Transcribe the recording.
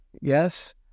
yes